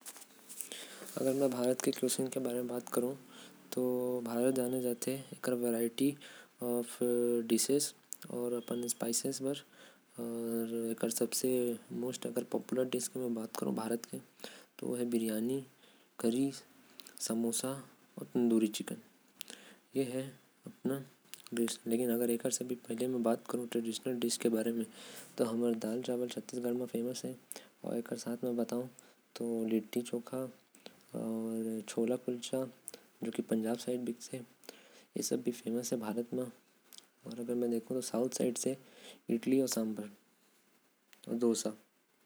हमर भारत के पाक शैली में बहुत प्रकार के खाना आएल। लेकीन जो खाना प्रमुख है वो है। समोसा तंदूरी चिकन बिरयानी।